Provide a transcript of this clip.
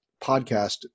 podcast